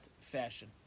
fashion